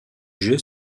jeu